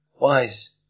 Wise